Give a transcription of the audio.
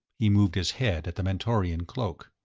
he moved his head at the mentorian cloak.